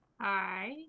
Hi